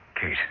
Kate